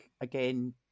again